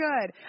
good